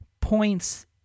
points